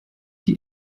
die